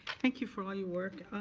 thank you for all your work.